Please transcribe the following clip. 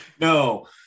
no